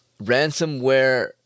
Ransomware